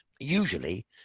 Usually